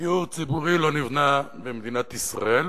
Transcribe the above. דיור ציבורי לא נבנה במדינת ישראל